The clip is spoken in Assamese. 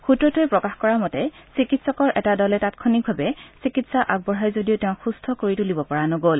সূত্ৰটোৱে প্ৰকাশ কৰা মতে চিকিৎসকৰ এটা দলে তাংক্ষণিকভাৱে চিকিৎসা আগবঢ়ায় যদিও তেওঁক সুস্থ কৰি তূলিব পৰা নগ'ল